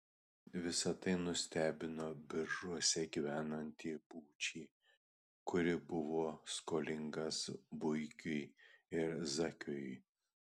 visa tai nustebino biržuose gyvenantį būčį kuri buvo skolingas buikui ir zakiui